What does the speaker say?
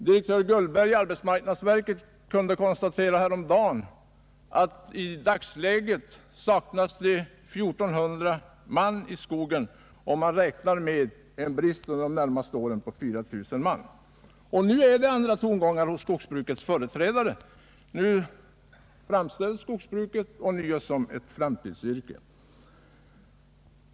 Direktör Guldberg i arbetsmarknadsverket konstaterade häromdagen att det i dagsläget saknas 1400 man i skogen, och man räknar för de närmaste åren med en brist på 4 000 man. Nu är det också andra tongångar från skogsbrukets företrädare — skogsbruket framställs ånyo som ett framtidsyrke.